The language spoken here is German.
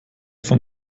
von